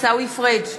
עיסאווי פריג'